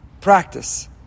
Practice